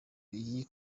iyi